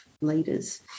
leaders